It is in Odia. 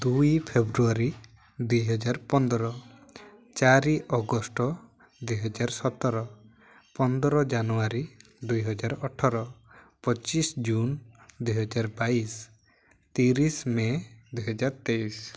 ଦୁଇ ଫେବୃୟାରୀ ଦୁଇହଜାର ପନ୍ଦର ଚାରି ଅଗଷ୍ଟ ଦୁଇହଜାର ସତର ପନ୍ଦର ଜାନୁଆରୀ ଦୁଇହଜାର ଅଠର ପଚିଶି ଜୁନ ଦୁଇହଜାର ବାଇଶି ତିରିଶି ମେ ଦୁଇହଜାର ତେଇଶି